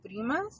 primas